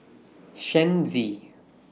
Shen Xi